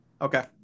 Okay